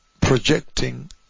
projecting